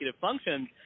functions